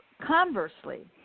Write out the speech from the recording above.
conversely